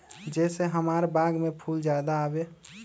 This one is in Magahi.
जे से हमार बाग में फुल ज्यादा आवे?